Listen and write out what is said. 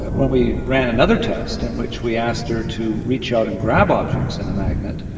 when we ran another test in which we asked her to reach out and grab objects in the magnet,